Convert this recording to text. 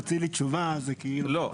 תוציא לי תשובה --- לא,